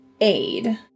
aid